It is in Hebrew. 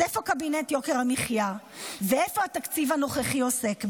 איפה קבינט יוקר המחיה ואיפה התקציב הנוכחי עוסק בזה?